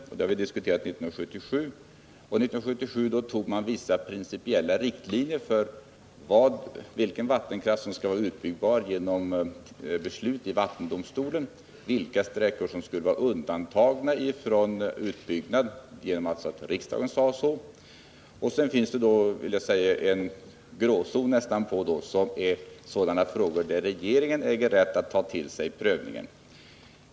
Det har vi diskuterat 1977, och då tog man vissa principiella riktlinjer för vilken vattenkraft som skulle vara utbyggbar genom beslut i vattendomstolen och vilka sträckor som skulle vara undantagna från utbyggnad genom att riksdagen sade så. Sedan finns det då, vill jag säga, en grå zon när det gäller sådana frågor där regeringen äger rätt att pröva.